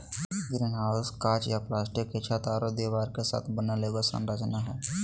greenhouse काँच या plastic के छत आरो दीवार के साथ बनल एगो संरचना हइ